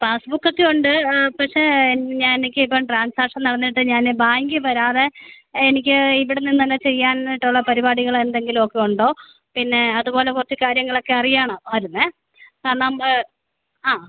passbook ഒക്കെ ഉണ്ട് പക്ഷേ ഞാൻ എനിക്കിപ്പം ട്രാൻസാക്ഷൻ നടന്നിട്ട് ഞാൻ ബാങ്കിൽ വരാതെ എനിക്ക് ഇവിടെ നിന്ന് തന്നെ ചെയ്യാനായിട്ടുള്ള പരിപാടികൾ എന്തെങ്കിലും ഒക്കെ ഉണ്ടോ പിന്നെ അതുപോലെ കുറച്ച് കാര്യങ്ങളൊക്കെ അറിയണം ആയിരുന്നു കാരണം ആ